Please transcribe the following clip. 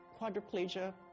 quadriplegia